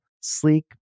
sleek